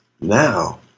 Now